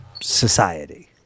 society